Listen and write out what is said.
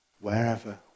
wherever